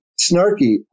snarky